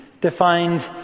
defined